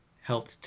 helped